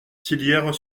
tillières